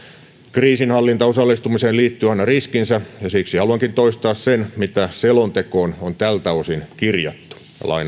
kriisinhallintaosallistumiseen liittyy aina riskinsä ja siksi haluankin toistaa sen mitä selontekoon on tältä osin kirjattu